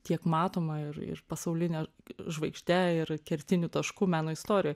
tiek matomą ir ir pasauline žvaigžde ir kertiniu tašku meno istorijoj